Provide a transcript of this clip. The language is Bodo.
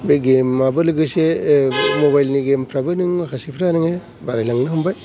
बे गेमाबो लोगोसे मबाइल नि गेम फ्राबो नों माखासेफ्रा नोङो बारायलांनो हमबाय